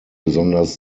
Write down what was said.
besonders